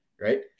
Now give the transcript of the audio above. Right